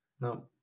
No